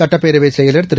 சுட்டப்பேரவை செயலர் திரு